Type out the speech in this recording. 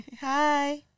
Hi